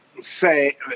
say